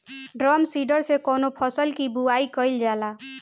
Drum seeder से कवने फसल कि बुआई कयील जाला?